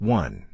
one